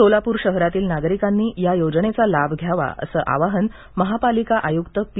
सोलापूर शहरातील नागरिकांनी या योजनेचा लाभ घ्यावा असं आवाहन महापालिका आय्रक्त पी